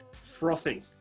frothing